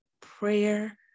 prayer